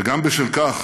וגם בשל כך